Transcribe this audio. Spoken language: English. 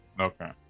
okay